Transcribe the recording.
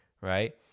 Right